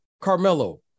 Carmelo